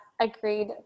agreed